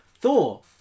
Thor